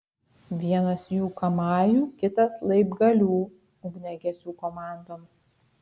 vienas jų kamajų kitas laibgalių ugniagesių komandoms